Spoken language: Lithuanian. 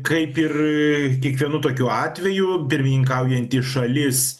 kaip ir kiekvienu tokiu atveju pirmininkaujanti šalis